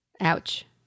Ouch